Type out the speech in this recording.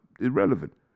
irrelevant